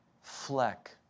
fleck